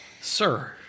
Sir